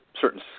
certain